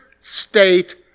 state